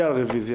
נודיע על רביזיה.